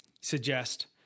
suggest